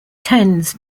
tends